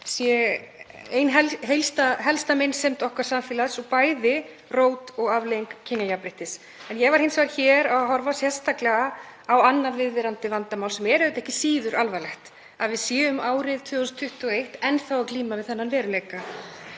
sé ein helsta meinsemd samfélags okkar og bæði rót og afleiðing kynjajafnréttis. En ég var hins vegar að horfa hér sérstaklega á annað viðvarandi vandamál sem er ekki síður alvarlegt; að við séum árið 2021 enn þá að glíma við þennan veruleika.